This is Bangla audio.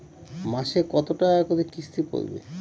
মাসে কত টাকা করে কিস্তি পড়বে?